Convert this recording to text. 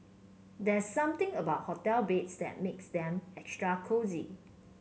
there something about hotel beds that makes them extra cosy